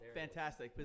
fantastic